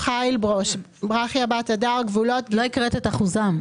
חיל ברוש ברכיה בת הדר גבולות לא הקראת את אחוזם.